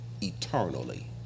Eternally